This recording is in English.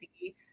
see